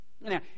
Now